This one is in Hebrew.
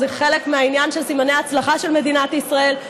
וזה חלק מהעניין של סימני ההצלחה של מדינת ישראל.